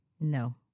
No